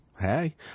hey